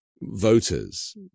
voters